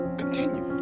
continue